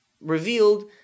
revealed